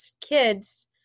kids